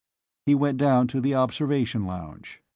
he went down to the observation lounge.